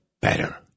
better